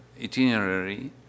itinerary